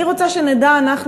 אני רוצה שנדע אנחנו,